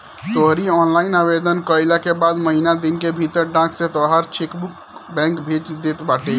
तोहरी ऑनलाइन आवेदन कईला के बाद महिना दिन के भीतर डाक से तोहार चेकबुक बैंक भेज देत बाटे